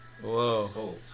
Whoa